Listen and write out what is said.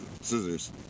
scissors